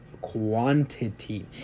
quantity